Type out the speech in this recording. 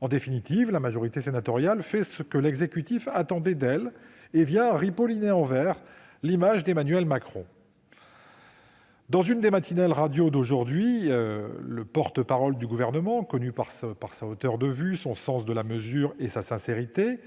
En définitive, la majorité sénatoriale fait ce que l'exécutif attendait d'elle et vient ripoliner en vert l'image d'Emmanuel Macron. Dans une des matinales radios d'aujourd'hui, le porte-parole du Gouvernement, connu pour sa hauteur de vue, son sens de la mesure et sa sincérité,